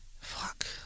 Fuck